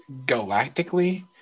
galactically